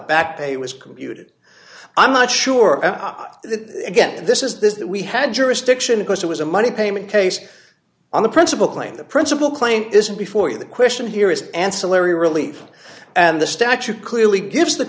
back pay was computed i'm not sure that again this is this that we had jurisdiction because it was a money payment case on the principal claim the principal claim isn't before you the question here is ancillary relief and the statue clearly gives the